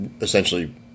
essentially